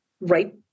right